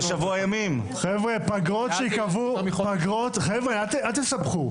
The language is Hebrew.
אל תסבכו.